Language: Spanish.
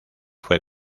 fue